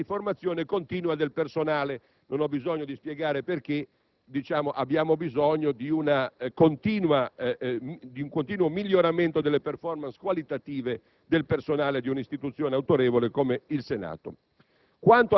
in tema di formazione continua del personale (non ho bisogno di spiegare perché necessitiamo di un continuo miglioramento delle *performance* qualitative del personale di un'istituzione autorevole come il Senato).